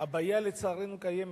הבעיה לצערנו קיימת,